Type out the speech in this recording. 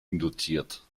induziert